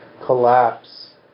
collapse